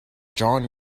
john